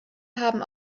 haben